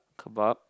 kebab